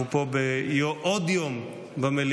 אנחנו פה בעוד יום במליאה,